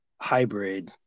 hybrid